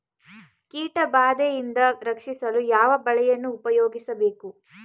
ಕೀಟಬಾದೆಯಿಂದ ರಕ್ಷಿಸಲು ಯಾವ ಬಲೆಯನ್ನು ಉಪಯೋಗಿಸಬೇಕು?